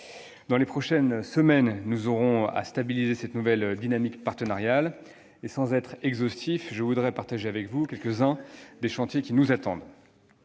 Dans les prochaines semaines, nous devrons stabiliser cette nouvelle dynamique partenariale. Sans prétendre à l'exhaustivité, je voudrais partager avec vous quelques-uns des chantiers qui nous attendent.